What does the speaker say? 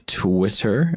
twitter